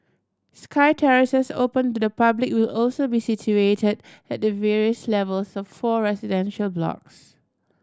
sky terraces open to the public will also be situated at the various levels of four residential blocks